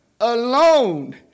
alone